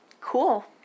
Cool